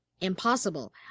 impossible